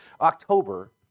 October